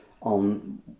on